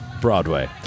Broadway